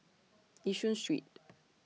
Yishun Street